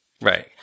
Right